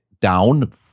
down